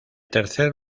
tercer